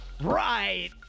Right